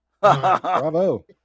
Bravo